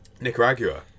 Nicaragua